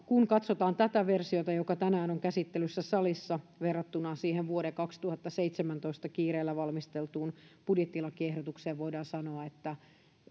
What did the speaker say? kun katsotaan tätä versiota joka tänään on käsittelyssä salissa verrattuna siihen vuoden kaksituhattaseitsemäntoista kiireellä valmisteltuun budjettilakiehdotukseen voidaan sanoa että